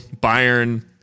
Bayern